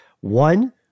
One